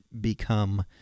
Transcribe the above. become